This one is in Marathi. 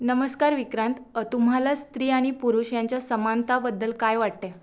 नमस्कार विक्रांत तुम्हाला स्त्री आणि पुरुष यांच्या समानताबद्दल काय वाटते